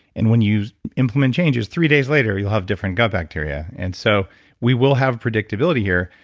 and when you implement changes, three days later you'll have different gut bacteria. and so we will have predictability here.